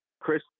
Chris